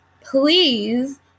please